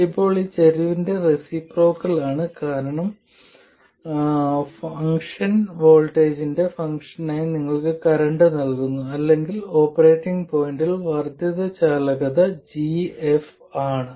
ഇപ്പോൾ ഇത് ചരിവിന്റെ റെസിപ്രോക്കലാണ് കാരണം ഫംഗ്ഷൻ വോൾട്ടേജിന്റെ ഫംഗ്ഷനായി നിങ്ങൾക്ക് കറന്റ് നൽകുന്നു അല്ലെങ്കിൽ ഓപ്പറേറ്റിംഗ് പോയിന്റിൽ വർദ്ധിത ചാലകത g f ആണ്